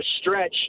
stretch